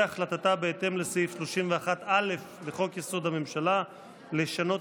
והחלטתה בהתאם לסעיף 31(א) לחוק-יסוד: הממשלה לשנות